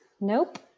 Nope